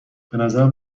بنظرم